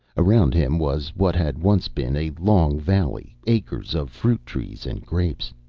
around him was what had once been a long valley, acres of fruit trees and grapes.